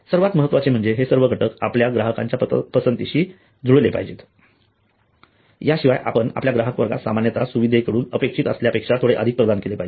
सर्वात महत्त्वाचे म्हणजे हे सर्व घटक आपल्या ग्राहकांच्या पसंतीशी जुळले पाहिजे याशिवाय आपण आपल्या ग्राहक वर्गास सामान्यतः सुविधेकडून अपेक्षित असल्यापेक्षा थोडे अधिक प्रदान केले पाहिजे